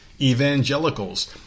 Evangelicals